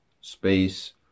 space